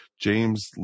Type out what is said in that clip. James